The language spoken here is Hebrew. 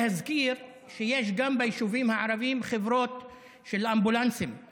אני רוצה להזכיר שיש גם ביישובים הערביים חברות של אמבולנסים,